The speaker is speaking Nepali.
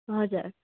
हजुर